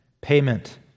payment